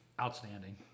outstanding